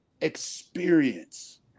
experience